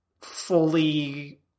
fully